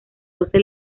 doce